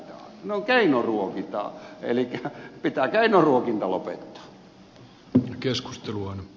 ne keinoruokitaan elikkä pitää keinoruokinta lopettaa